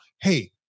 hey